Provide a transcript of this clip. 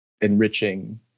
enriching